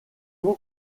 vous